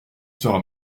sera